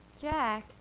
Jack